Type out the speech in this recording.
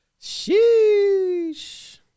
Sheesh